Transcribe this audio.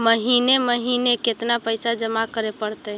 महिने महिने केतना पैसा जमा करे पड़तै?